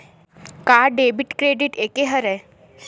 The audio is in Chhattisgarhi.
का डेबिट क्रेडिट एके हरय?